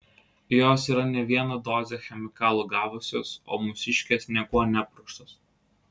jos yra ne vieną dozę chemikalų gavusios o mūsiškės niekuo nepurkštos